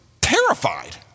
terrified